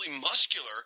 muscular